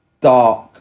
dark